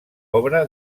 obra